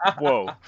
Whoa